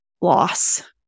loss